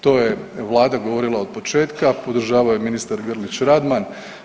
To je vlada govorila od početka, podržavao je i ministar Grlić Radman.